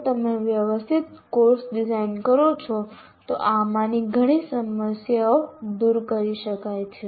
જો તમે વ્યવસ્થિત કોર્સ ડિઝાઇન કરો છો તો આમાંની ઘણી સમસ્યાઓ દૂર કરી શકાય છે